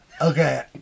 Okay